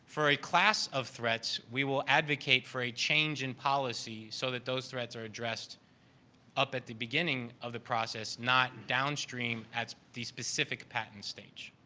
for a class of threats, we will advocate for a change in policy, so that those threats are addressed up at the beginning of the process not downstream at this specific patent stage.